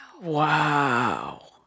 Wow